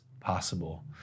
possible